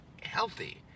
healthy